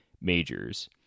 majors